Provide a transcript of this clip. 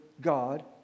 God